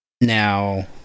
Now